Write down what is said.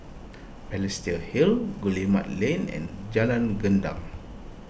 Balestier Hill Guillemard Lane and Jalan Gendang